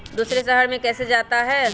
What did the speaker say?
दूसरे शहर मे कैसे जाता?